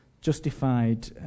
Justified